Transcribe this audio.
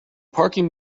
parking